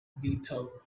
bethel